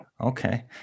Okay